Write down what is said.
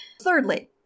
Thirdly